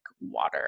water